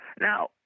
Now